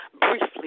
briefly